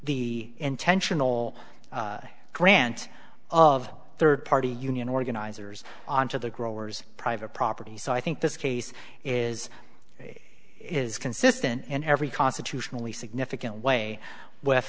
the intentional grant of third party union organizers on to the growers private property so i think this case is it is consistent in every constitutionally significant way with